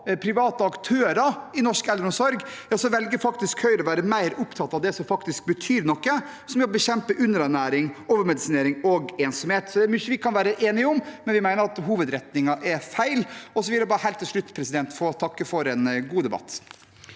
private aktører i norsk eldreomsorg, velger Høyre å være mer opptatt av det som faktisk betyr noe, som er å bekjempe underernæring, overmedisinering og ensomhet. Det er mye vi kan være enige om, men vi mener at hovedretningen er feil. Helt til slutt vil jeg bare få takke for en god debatt.